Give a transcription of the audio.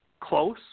close